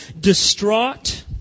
distraught